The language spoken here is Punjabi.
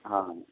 ਹਾਂ